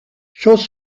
schoss